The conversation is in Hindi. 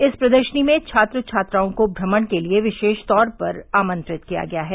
इस प्रदर्शनी में छात्र छात्राओं को भ्रमण के लिए विशेषतौर पर आमंत्रित किया गया है